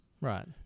Right